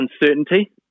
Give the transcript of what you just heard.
uncertainty